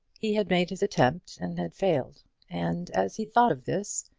he had made his attempt and had failed and, as he thought of this,